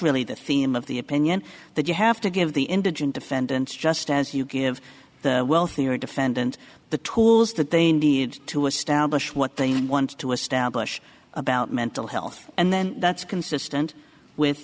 really the theme of the opinion that you have to give the indigent defendants just as you give the wealthy or defendant the tools that they need to establish what they want to establish about mental health and then that's consistent with